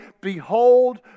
behold